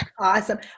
awesome